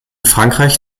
frankreich